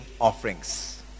offerings